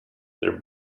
their